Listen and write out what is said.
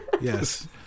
Yes